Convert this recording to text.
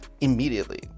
immediately